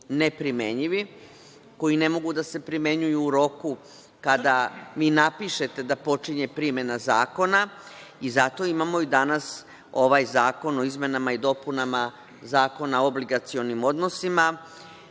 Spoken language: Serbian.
neprimenjivi, koji ne mogu da se primenjuju u roku kada vi napišete da počinje primena zakona. Zato i danas imamo ovaj zakon o izmenama i dopunama Zakona o obligacionim odnosima,